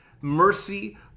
mercy